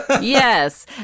yes